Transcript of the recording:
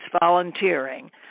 volunteering